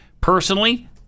Personally